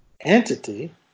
entity